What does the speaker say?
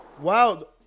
wow